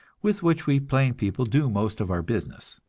with which we plain people do most of our business.